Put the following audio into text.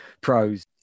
pros